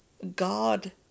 God